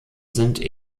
sind